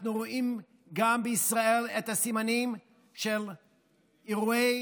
אנחנו רואים גם בישראל את הסימנים של אירועי